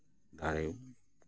ᱛᱟᱭᱚᱢ